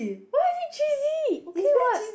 why is it cheesy okay what